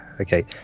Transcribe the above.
Okay